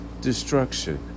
destruction